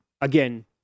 again